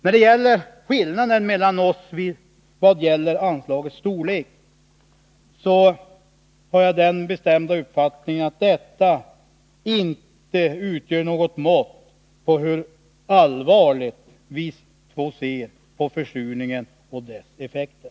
När det gäller skillnaden i våra åsikter om anslagets storlek har jag den bestämda uppfattningen att den inte är något mått på hur allvarligt vi ser på försurningen och dess effekter.